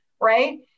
Right